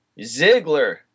Ziggler